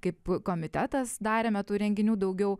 kaip komitetas darėme tų renginių daugiau